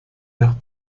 nach